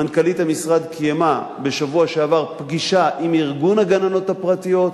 מנכ"לית המשרד קיימה בשבוע שעבר פגישה עם ארגון הגננות הפרטיות,